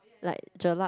like jelak